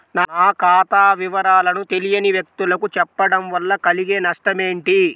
నా ఖాతా వివరాలను తెలియని వ్యక్తులకు చెప్పడం వల్ల కలిగే నష్టమేంటి?